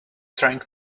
trying